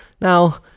now